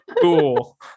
Cool